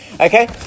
Okay